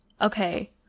okay